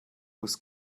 was